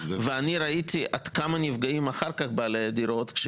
אני ראיתי עד כמה בעלי הדירות נפגעים אם